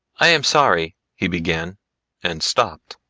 i am sorry, he began and stopped,